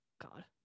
God